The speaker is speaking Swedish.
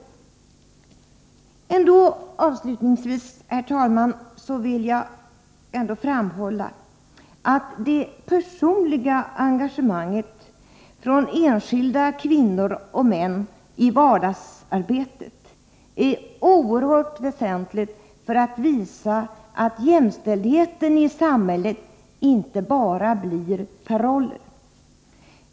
Avslutningsvis, herr talman, vill jag ändå framhålla att det personliga engagemanget från enskilda kvinnor och män i vardagsarbetet är oerhört väsentligt för att visa att jämställdheten i samhället inte bara blir paroller.